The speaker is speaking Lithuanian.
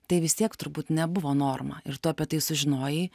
tai vis tiek turbūt nebuvo norma ir tu apie tai sužinojai